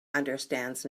understands